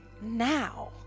now